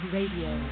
Radio